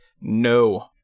no